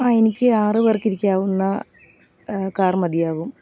ആ എനിക്ക് ആറ് പേർക്കിരിക്കാവുന്ന കാറ് മതിയാകും